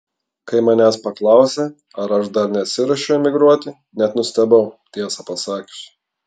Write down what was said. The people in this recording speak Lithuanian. kai manęs paklausė ar aš dar nesiruošiu emigruoti net nustebau tiesą pasakius